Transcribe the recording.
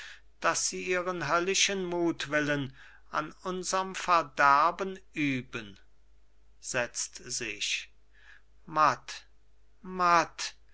daß sie ihren höllischen mutwillen an unserm verderben üben setzt sich matt